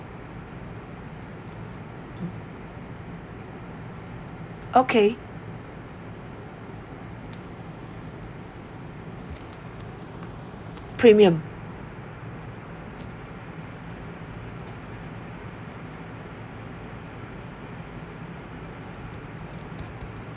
okay premium